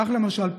כך למשל,